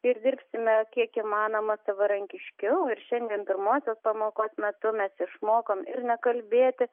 ir dirbsime kiek įmanoma savarankiškiau ir šiandien pirmosios pamokos metu mes išmokom ir nekalbėti